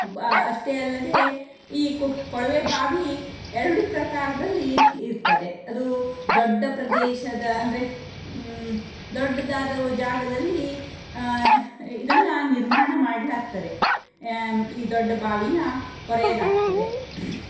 ಅಷ್ಟೇ ಅಲ್ಲದೆ ಈ ಕೊಳವೆ ಬಾವಿ ಎರಡು ಪ್ರಕಾರದಲ್ಲಿ ಇರ್ತದೆ ಅದು ದೊಡ್ಡ ಪ್ರದೇಶದ ಅಂದರೆ ದೊಡ್ಡದಾದ ಜಾಗದಲ್ಲಿ ಇದನ್ನು ನಿರ್ಮಾಣ ಮಾಡಲಾಗ್ತದೆ ಈ ದೊಡ್ಡ ಬಾವಿನ ಕೊರೆಯಲಾಗ್ತದೆ